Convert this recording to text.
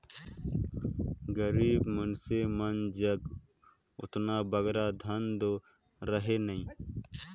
गरीब मइनसे मन जग ओतना बगरा धन दो रहें नई